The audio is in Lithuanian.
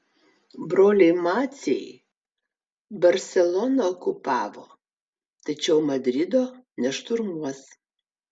broliai maciai barseloną okupavo tačiau madrido nešturmuos